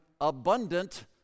abundant